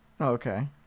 Okay